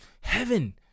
heaven